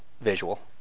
visual